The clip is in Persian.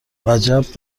وجب